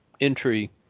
entry